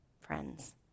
friends